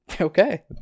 okay